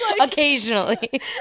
Occasionally